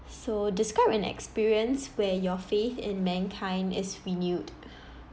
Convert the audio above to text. so describe an experience where your faith in mankind is renewed